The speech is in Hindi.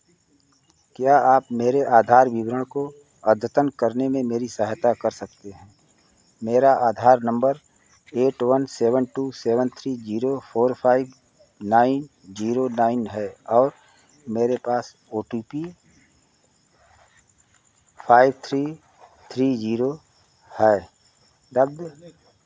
क्या आप मेरे आधार विवरण को अद्यतन करने में मेरी सहायता कर सकते हैं मेरा Aadhaar number eight one seven two seven three zero four five nine zero nine है और मेरे पास O T P five three three zero है रख दे